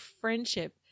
friendship